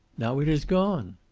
now it is gone.